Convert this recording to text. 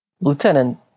lieutenant